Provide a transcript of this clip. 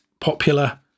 popular